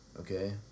Okay